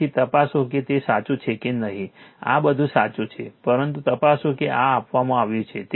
તેથી તપાસો કે તે સાચું છે કે નહીં આ બધું સાચું છે પરંતુ તપાસો કે આ આપવામાં આવ્યું છે